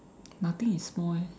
nothing is small eh